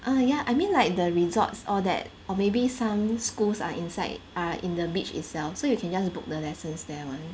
err yeah I mean like the resorts all that or maybe some schools are inside are in the beach itself so you can just book the lessons there [one]